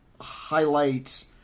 highlights